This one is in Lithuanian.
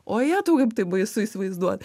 o jetau kaip tai baisu įsivaizduot